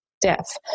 death